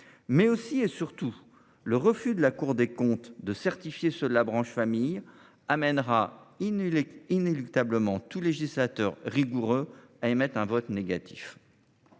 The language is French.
mais aussi, et surtout, le refus de la Cour des comptes de certifier ceux de la branche famille, amèneront inéluctablement tout législateur rigoureux à ne pas voter